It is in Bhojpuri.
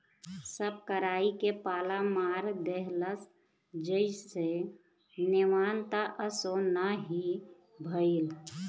सब कराई के पाला मार देहलस जईसे नेवान त असो ना हीए भईल